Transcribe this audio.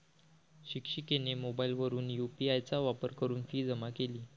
शिक्षिकेने मोबाईलवरून यू.पी.आय चा वापर करून फी जमा केली